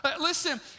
Listen